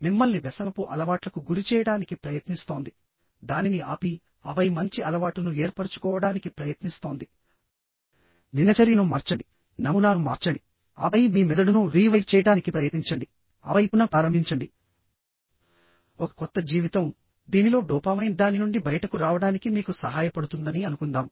మిమ్మల్ని వ్యసనపు అలవాట్లకు గురిచేయడానికి ప్రయత్నిస్తోంది దానిని ఆపి ఆపై మంచి అలవాటును ఏర్పరచుకోవడానికి ప్రయత్నిస్తోంది దినచర్యను మార్చండి నమూనాను మార్చండి ఆపై మీ మెదడును రీవైర్ చేయడానికి ప్రయత్నించండి ఆపై పునఃప్రారంభించండి ఒక కొత్త జీవితం దీనిలో డోపామైన్ దాని నుండి బయటకు రావడానికి మీకు సహాయపడుతుందని అనుకుందాం